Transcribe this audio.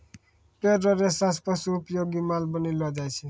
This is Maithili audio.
पेड़ रो रेशा से पशु उपयोगी माल बनैलो जाय छै